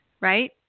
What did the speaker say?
right